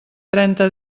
trenta